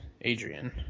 Adrian